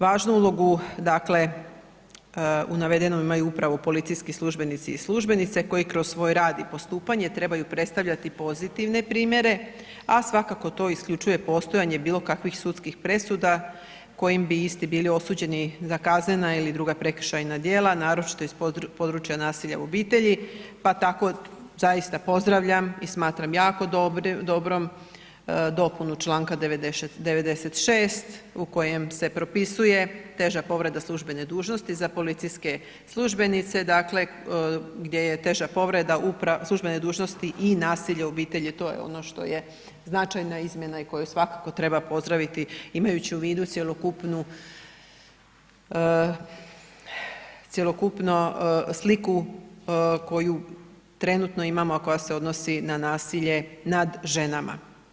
Važnu ulogu dakle u navedenom imaju upravo policijski službenici i službenice koji kroz svoj rad i postupanje trebaju predstavljati pozitivne primjere, a svakako to isključuje postojanje bilo kakvih sudskih presuda kojim bi isti bili osuđeni za kaznena ili druga prekršajna djela, naročito iz područja nasilja u obitelji, pa tako zaista pozdravljam i smatram jako dobrom dopunu čl. 96. u kojem se propisuje teža povreda službene dužnosti za policijske službenice, dakle gdje je teža povreda službene dužnosti i nasilje u obitelji, to je ono što je značajna izmjena i koje svakako treba pozdraviti imajući u vidu cjelokupnu sliku koju trenutno imamo, a koja se odnosi na nasilje nad ženama.